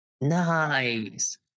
nice